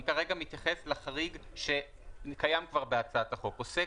אני כרגע מתייחס לחריג שקיים כבר בהצעת החוק עוסק